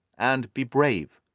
and be brave,